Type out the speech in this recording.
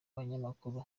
banyamakuru